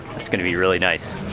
it's going to be really nice.